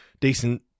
decent